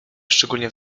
szczególnie